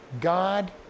God